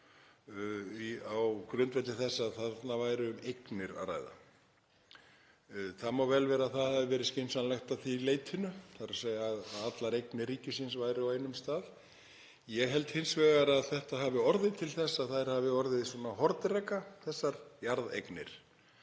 á grundvelli þess að þarna væri um eignir að ræða. Það má vel vera að það hafi verið skynsamlegt að því leytinu, þ.e. að allar eignir ríkisins væru á einum stað. Ég held hins vegar að þetta hafi orðið til þess að þær hafi orðið hornreka, þessar jarðeignir,